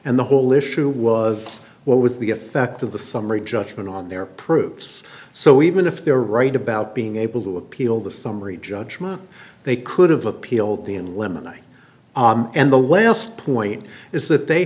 and the whole issue was what was the effect of the summary judgment on their proofs so even if they were right about being able to appeal the summary judgment they could have appealed the in lim and i and the last point is that they